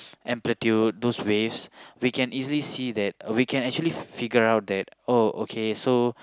amplitude those waves we can easily see that we can actually figure out that oh okay so